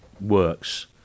works